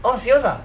orh serious ah